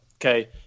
Okay